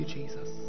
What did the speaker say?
Jesus